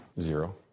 Zero